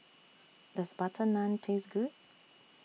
Does Butter Naan Taste Good